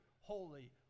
holy